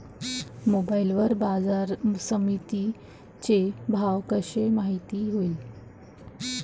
Mobile वर बाजारसमिती चे भाव कशे माईत होईन?